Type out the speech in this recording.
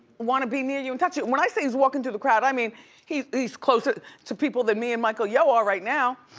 wanna be near you and touch him. when i say he's walking through the crowd, i mean he's he's closer to people than me and michael yo are right now.